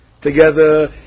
together